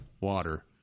Water